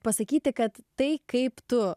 pasakyti kad tai kaip tu